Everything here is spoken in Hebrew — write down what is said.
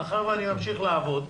מאחר ואני ממשיך לעבוד,